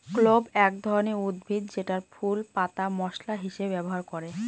clove এক ধরনের উদ্ভিদ যেটার ফুল, পাতা মশলা হিসেবে ব্যবহার করে